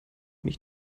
mich